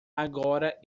agora